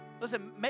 Listen